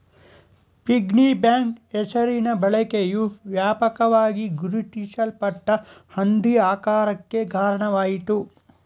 piggy bank ಹೆಸರಿನ ಬಳಕೆಯು ವ್ಯಾಪಕವಾಗಿ ಗುರುತಿಸಲ್ಪಟ್ಟ ಹಂದಿ ಆಕಾರಕ್ಕೆ ಕಾರಣವಾಯಿತು